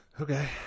Okay